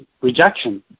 rejection